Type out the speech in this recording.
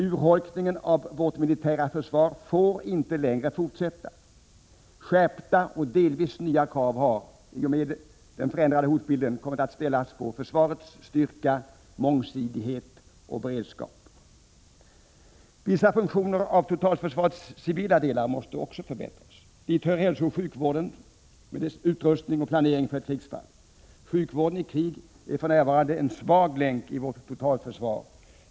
Urholkningen av vårt militära försvar får inte fortsätta längre. Skärpta och delvis nya krav har —i och med den förändrade hotbilden —- kommit att ställas på försvarets styrka, mångsidighet och beredskap. — Vissa funktioner av totalförsvarets civila delar måste också förbättras. Dit hör hälsooch sjukvårdens utrustning och planering för ett krigsfall. - Sjukvården i krig är för närvarande en svag länk i vårt totalförsvar.